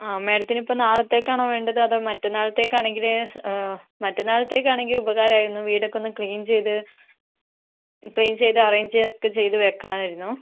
ആ മാഡത്തിനിപ്പം നാളത്തേക്കാണോ വേണ്ടത് അതോ മറ്റന്നാളത്തേക്കാണെങ്കിൽ മറ്റന്നാളത്തേക്കാണെങ്കിൽ ഉപകാരമായിരുന്നു വീടൊക്കെയൊന്ന് ക്ലീൻ ചെയ്ത് ക്ലീൻ ചെയ്ത് അറേഞ്ചൊക്കെ ചെയ്ത് വയ്ക്കാമായിരുന്നു